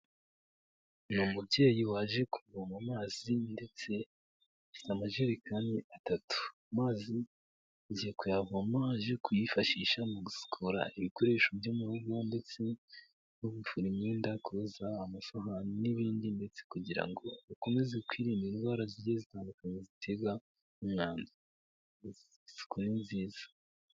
Ni umubyeyi waje kuvoma amazi ndetse afite amajerekani atatu. Amazi agiye kuyavoma ajye kuyifashisha mu gusukura ibikoresho byo murugo ndetse no gufura imyenda, koza amasahanri n'ibindi, ndetse kugira ngo bakomeze kwirindade indwara zijye zitandukanye ziteza n'umwanda. Isuku ni nziza.